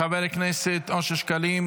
אושרה בקריאה הטרומית,